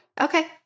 Okay